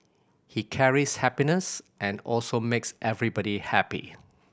he carries happiness and also makes everybody happy